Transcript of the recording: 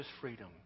freedom